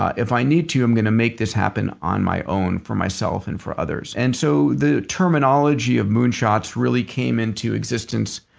ah if i need to, i'm going to make this happen on my own for myself and for others. and so the terminology of moonshots really came into existence